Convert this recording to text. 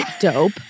dope